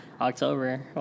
October